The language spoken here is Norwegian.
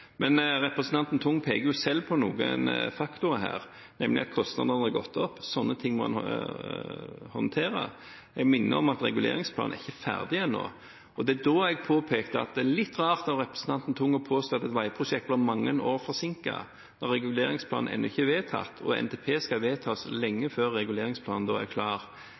Men representanten Tung peker jo selv på noen faktorer her, nemlig at kostnadene har gått opp. Slike ting må en håndtere. Jeg minner om at reguleringsplanen ikke er ferdig ennå. Det er litt rart av representanten Tung å påstå at et veiprosjekt blir mange år forsinket, når reguleringsplanen ennå ikke er vedtatt, og NTP skal jo vedtas lenge før reguleringsplanen er klar. Da er